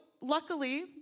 luckily